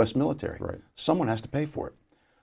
s military someone has to pay for it